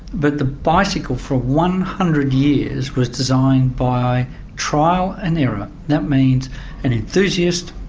but the bicycle for one hundred years was designed by trial and error. that means an enthusiast,